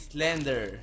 Slender